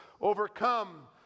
overcome